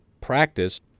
practice